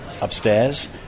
upstairs